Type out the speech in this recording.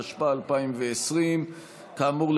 התשפ"א 2020. כאמור,